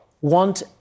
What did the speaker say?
want